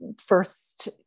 first